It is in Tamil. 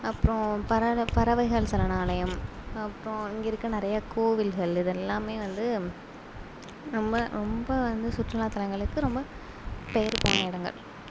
அப்புறம் பற பறவைகள் சரணாலயம் அப்புறம் இங்கே இருக்க நிறையா கோவில்கள் இதெல்லாமே வந்து ரொம்ப ரொம்ப வந்து சுற்றுலாத் தளங்களுக்கு ரொம்ப பெயர் போன இடங்கள்